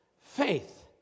faith